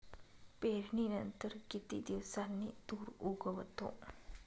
पेरणीनंतर किती दिवसांनी तूर उगवतो?